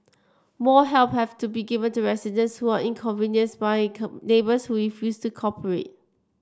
more help have to be given to residents who are inconvenienced by neighbours who refuse to cooperate